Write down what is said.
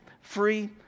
free